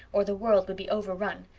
or the world would be overrun.